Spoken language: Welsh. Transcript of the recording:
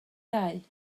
ddau